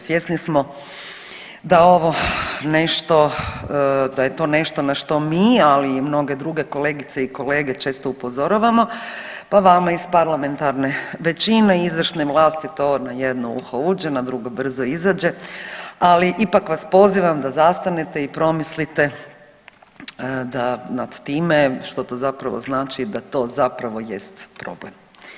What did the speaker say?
Svjesni smo da ovo nešto da je to nešto na što mi, ali i mnoge druge kolegice i kolege često upozoravamo pa vama iz parlamentarne većine izvršne vlasti to na jedno uho uđe na drugo brzo izađe, ali ipak vas pozivam da zastanete i promislite da nad time što to zapravo znači da to zapravo jest problem.